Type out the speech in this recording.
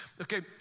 Okay